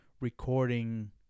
recording